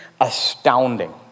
astounding